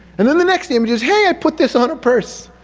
and then the next image is hey, i put this on a purse!